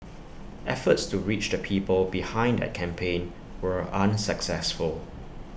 efforts to reach the people behind that campaign were unsuccessful